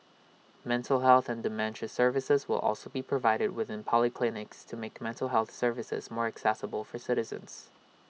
mental health and dementia services will also be provided within polyclinics to make mental health services more accessible for citizens